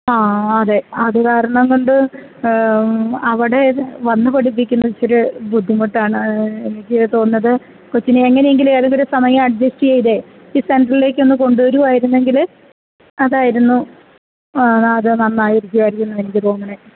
ആ അതെ അതുകാരണംകൊണ്ട് അവിടെ വന്നു പഠിപ്പിക്കുന്നത് ഇച്ചിരി ബുദ്ധിമുട്ടാണ് എനിക്കു തോന്നുന്നത് കൊച്ചിനെ എങ്ങനെയെങ്കിലും ഏതേലുമൊരു സമയം അഡ്ജസ്റ്റെയ്തെ ഈ സെന്ററിലേക്കൊന്നു കൊണ്ടുവരികയായിരുന്നെങ്കില് അതായിരുന്നു അതു നന്നായിരിക്കുമായിരിക്കുമെന്നെനിക്കു തോന്നണേ